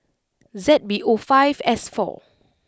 Z B O five S four